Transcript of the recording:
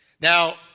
Now